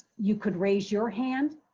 you could raise your hand.